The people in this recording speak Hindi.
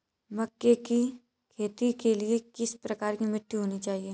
मक्के की खेती के लिए किस प्रकार की मिट्टी होनी चाहिए?